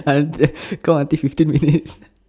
count ah count until fifteen minutes